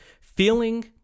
feeling